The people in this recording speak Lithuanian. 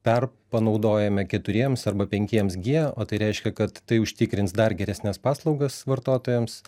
per panaudojame keturiems arba penkiems gie o tai reiškia kad tai užtikrins dar geresnes paslaugas vartotojams